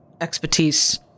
expertise